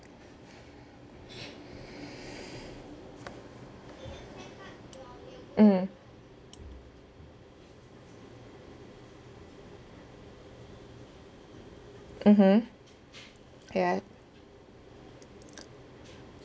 mm mmhmm ya